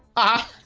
ah,